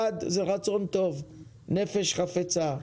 1. רצון טוב, נפש חפצה,